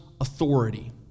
authority